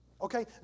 Okay